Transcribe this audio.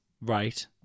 Right